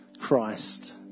Christ